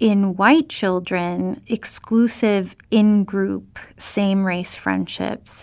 in white children, exclusive in-group same-race friendships